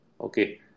okay